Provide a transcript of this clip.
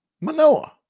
Manoa